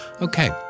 Okay